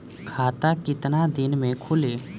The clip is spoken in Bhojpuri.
खाता कितना दिन में खुलि?